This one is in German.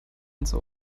ins